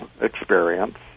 experience